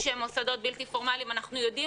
יש מוסדות בלתי פורמליים ואנחנו יודעים